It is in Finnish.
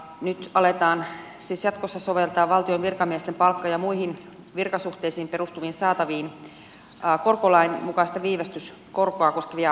nyt aletaan siis jatkossa soveltaa valtion virkamiesten palkka ja muihin virkasuhteisiin perustuviin saataviin korkolain mukaista viivästyskorkoa koskevia säännöksiä